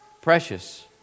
Precious